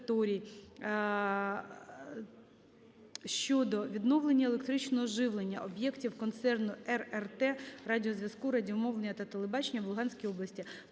щодо відновлення електричного живлення об'єктів Концерну РРТ радіозв'язку, радіомовлення та телебачення в Луганській області.